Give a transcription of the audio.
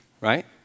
right